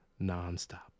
nonstop